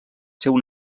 seu